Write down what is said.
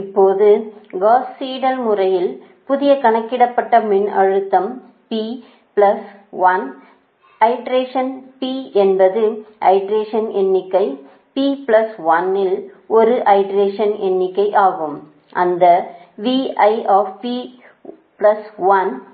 இப்போது Gauss Seidel முறையில் புதிய கணக்கிடப்பட்ட மின்னழுத்தம் P பிளஸ் 1 ஐட்ரேஷன் P என்பது ஐட்ரேஷனின் எண்ணிக்கை P பிளஸ் 1 இல் ஒரு ஐட்ரேஷன் எண்ணிக்கை ஆகும் அந்த